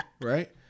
Right